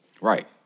right